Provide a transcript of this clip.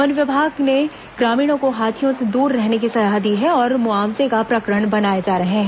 one विभाग ने ग्रामीणों को हाथियों से दूर रहने की सलाह दी है और मुआवजे का प्रकरण बनाए जा रहे हैं